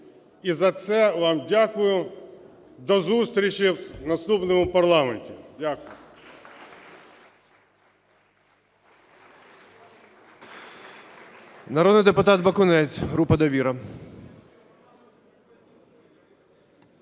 І за це вам дякую. До зустрічі в наступному парламенті. Дякую.